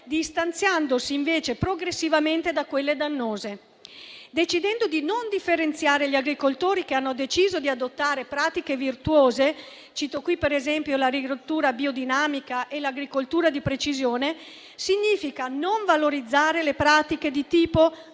distanziandosi invece progressivamente da quelle dannose. Decidere di non differenziare gli agricoltori che hanno deciso di adottare pratiche virtuose, cito qui, per esempio, l'agricoltura biodinamica e l'agricoltura di precisione, significa non valorizzare le pratiche di tipo